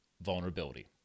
vulnerability